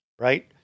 right